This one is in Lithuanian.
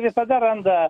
visada randa